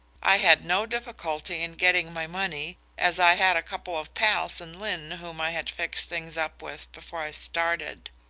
i had no difficulty in getting my money, as i had a couple of pals in lynn whom i had fixed things up with before i started.